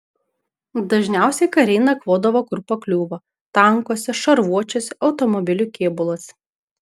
dažniausiai kariai nakvodavo kur pakliūva tankuose šarvuočiuose automobilių kėbuluose